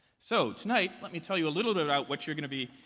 so tonight, let me tell you a little bit about what you're going to be